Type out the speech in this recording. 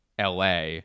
LA